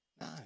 no